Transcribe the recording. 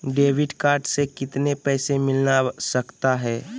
Debit card से कितने पैसे मिलना सकता हैं?